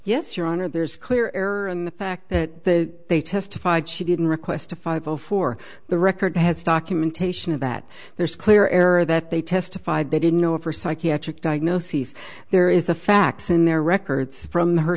yes your honor there's clear error in the fact that they testified she didn't request a five before the record has documentation of that there's clear error that they testified they didn't know of her psychiatric diagnoses there is a fax in their records from her